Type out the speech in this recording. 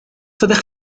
fyddech